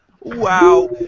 Wow